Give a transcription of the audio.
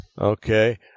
Okay